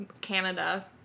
Canada